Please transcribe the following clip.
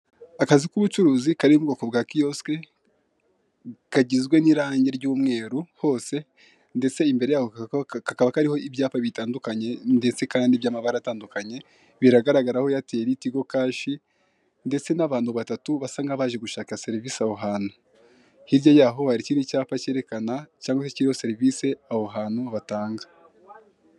Akazu k'ubucuruzi kari mu bwoko bwa kiyosike, kagizwe n'irangi ry'umweru hose, ndetse imbere yako kakaba kariho ibyapa bitandukanye ndetse kandi by'amabara atandukanye, biragaragara ho eyateri, tigo kashi, ndetse n'abantu batatu basa nk'abaje gushaka serivisi aho hantu, hirya yaho hari ikindi cyapa cyerekana cyangwa kiriho serivisi aho hantu batanga.